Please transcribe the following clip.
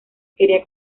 quería